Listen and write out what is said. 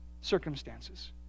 circumstances